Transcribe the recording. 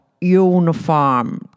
uniform